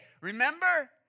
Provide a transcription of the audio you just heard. remember